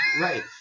Right